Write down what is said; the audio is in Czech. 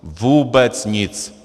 Vůbec nic.